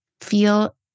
feel